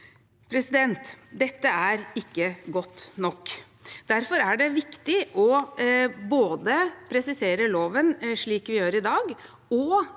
reglene. Dette er ikke godt nok. Derfor er det viktig både å presisere loven, slik vi gjør i dag,